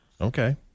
Okay